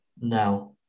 Now